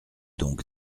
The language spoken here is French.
donc